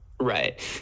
right